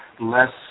less